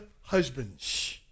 husbands